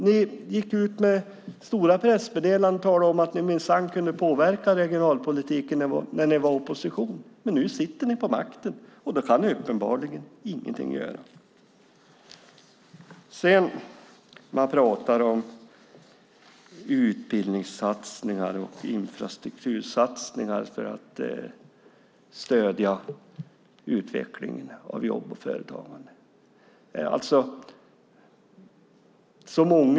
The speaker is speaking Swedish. Ni gick ju ut med stora pressmeddelanden och talade om att ni minsann kunde påverka regionalpolitiken när ni var i opposition. Men nu sitter ni på makten, och då kan ni uppenbarligen ingenting göra. Man pratar om utbildningssatsningar och infrastruktursatsningar för att stödja utvecklingen av jobb och företag.